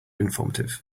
informative